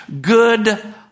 good